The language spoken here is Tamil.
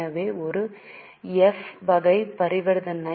எனவே இது ஒரு எஃப் வகை பரிவர்த்தனை